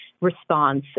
response